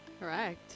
Correct